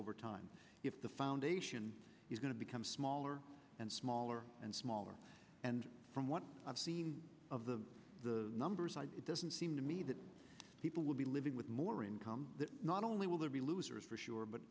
over time if the foundation is going to become smaller and smaller and smaller and from what i've seen of the the numbers it doesn't seem to me that people will be living with more income that not only will there be losers for sure but